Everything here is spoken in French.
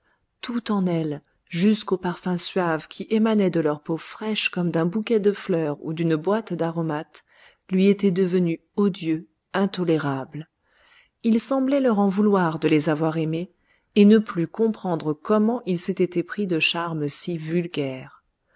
tout en elles jusqu'aux parfums suaves qui émanaient de leur peau fraîche comme d'un bouquet de fleurs ou d'une boîte d'aromates lui était devenu odieux intolérable il semblait leur en vouloir de les avoir aimées et ne plus comprendre comment il s'était épris de charmes si vulgaires